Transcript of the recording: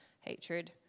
hatred